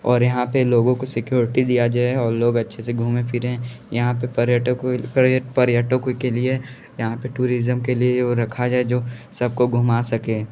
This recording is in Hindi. और यहाँ पर लोगों को सिक्योरिटी दिया जाए और लोग अच्छे से घूमें फिरें यहाँ पर पर्यटकों पर्य पर्यटकों के लिए यहाँ पे टूरिज़म के लिए वो रखा जाए जो सब को घुमा सके